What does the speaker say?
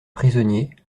prisonniers